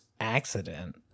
accident